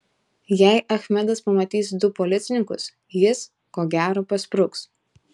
jei achmedas pamatys du policininkus jis ko gero paspruks